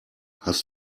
hast